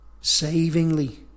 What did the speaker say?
savingly